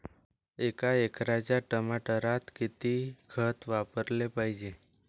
एका एकराच्या टमाटरात किती खत वापराले पायजे?